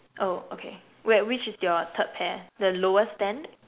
oh okay where which is your third pair the lowest stand